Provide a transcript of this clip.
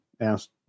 asked